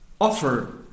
offer